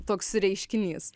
toks reiškinys